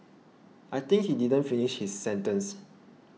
I think he didn't finish his sentence